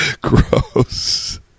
Gross